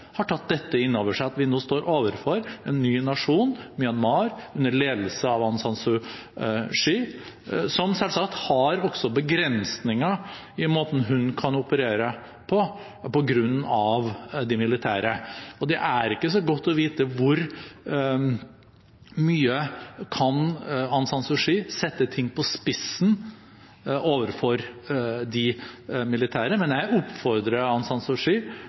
har tatt inn over seg at vi nå står overfor en ny nasjon, Myanmar, under ledelse av Aung San Suu Kyi, som selvsagt også har begrensninger i måten hun kan operere på, på grunn av de militære. Det er ikke så godt å vite hvor mye Aung San Suu Kyi kan sette ting på spissen overfor de militære, men jeg oppfordrer